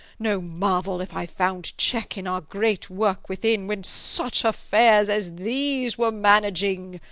no marvel, if i found check in our great work within, when such affairs as these were managing!